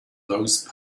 those